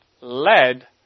led